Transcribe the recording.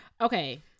Okay